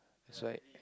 swipe